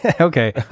Okay